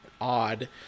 odd